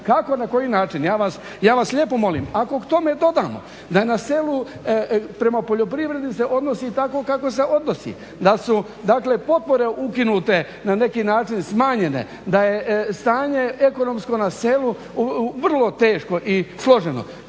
kao i na koji način, ja vas lijepo molim. Ako k tome dodamo da je na selu prema poljoprivredi se odnosi tako kako se odnosi, da su potpore ukinute na neki način smanjene, da je stanje ekonomsko na selu vrlo teško i složeno.